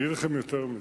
אגיד לכם יותר מזה.